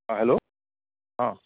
हँ हेलो हँ